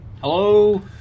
Hello